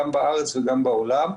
גם בארץ וגם בעולם.